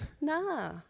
nah